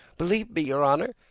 believe me, your honor,